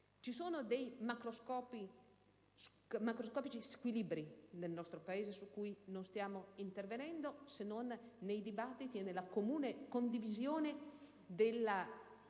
Esistono macroscopici squilibri nel nostro Paese su cui non stiamo intervenendo, se non nei dibattiti e nella comune condivisione della